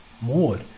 more